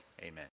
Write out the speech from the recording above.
Amen